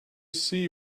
see